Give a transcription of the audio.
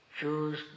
choose